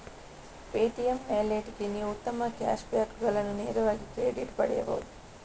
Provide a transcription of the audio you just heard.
Paytm ವ್ಯಾಲೆಟ್ಗೆ ನೀವು ಉತ್ತಮ ಕ್ಯಾಶ್ ಬ್ಯಾಕುಗಳನ್ನು ನೇರವಾಗಿ ಕ್ರೆಡಿಟ್ ಪಡೆಯಬಹುದು